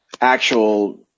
actual